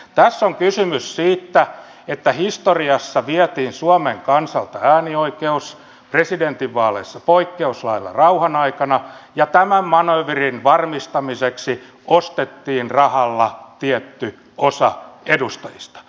tässä on kysymys siitä että historiassa vietiin suomen kansalta äänioikeus presidentinvaaleissa poikkeuslailla rauhan aikana ja tämän manööverin varmistamiseksi ostettiin rahalla tietty osa edustajista